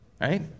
right